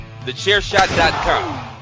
TheChairShot.com